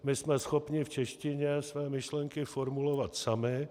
My jsme schopni v češtině své myšlenky formulovat sami.